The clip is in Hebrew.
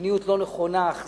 מדיניות לא נכונה, אכזרית,